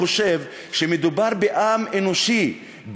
חושב שמדובר בעם אנושי,